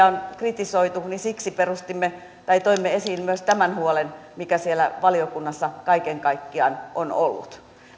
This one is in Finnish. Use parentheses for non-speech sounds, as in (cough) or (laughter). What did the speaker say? (unintelligible) on kritisoitu ja siksi toimme esiin myös tämän huolen mikä siellä valiokunnassa kaiken kaikkiaan on ollut